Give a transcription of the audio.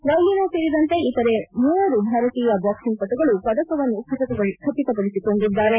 ಲವ್ಷಿನಾ ಸೇರಿದಂತೆ ಇತರೆ ಮೂವರು ಭಾರತೀಯ ಬಾಕ್ಸಿಂಗ್ ಪಟುಗಳು ಪದಕವನ್ನು ಖಚಿತಪದಿಸಿದ್ದಾರೆ